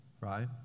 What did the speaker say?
right